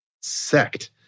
sect